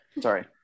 Sorry